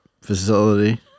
facility